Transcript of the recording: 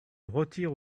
retire